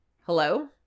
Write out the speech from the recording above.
Hello